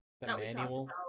manual